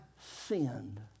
sinned